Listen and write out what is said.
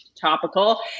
topical